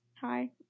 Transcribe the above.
hi